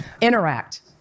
interact